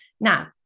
Now